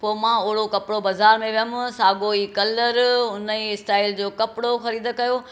पोइ मां ओहड़ो कपिड़ो बाज़ार में वियमि साॻो ई कलरु उन ई स्टाइल जो कपिड़ो ख़रीद कयो